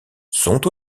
sont